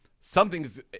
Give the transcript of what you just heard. Something's